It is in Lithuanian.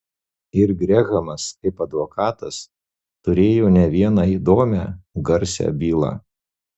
ir grehamas kaip advokatas turėjo ne vieną įdomią garsią bylą